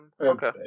Okay